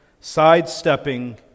sidestepping